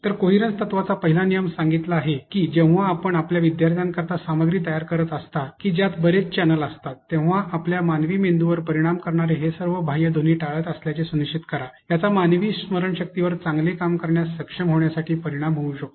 तर कोहिरन्स तत्त्वाचा पहिला नियम सांगितला आहे की जेव्हा आपण आपल्या विद्यार्थ्यांकरिता सामग्री तयार करीत असता की ज्यात बरेच चॅनल असतात तेव्हा आपण मानवी मेंदूवर परिणाम करणारे हे सर्व बाह्य ध्वनी टाळत असल्याचे सुनिश्चित करा याचा मानवी स्मरणशक्तीवर चांगले काम करण्यात सक्षम होण्यासाठी परिणाम होऊ शकतो